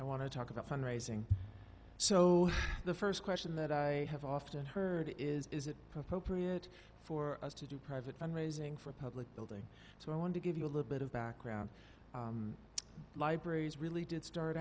i want to talk about fund raising so the first question that i have often heard is is it appropriate for us to do private fund raising for public building so i want to give you a little bit of background libraries really did start